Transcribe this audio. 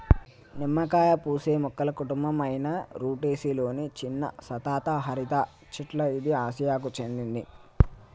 నిమ్మకాయ పూసే మొక్కల కుటుంబం అయిన రుటెసి లొని చిన్న సతత హరిత చెట్ల ఇది ఆసియాకు చెందింది